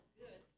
good